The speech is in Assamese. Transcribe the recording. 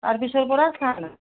তাৰ পিছৰ পৰা